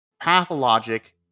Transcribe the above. pathologic